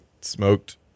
smoked